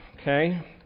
Okay